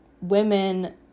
women